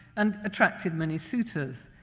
and attracted many suitors.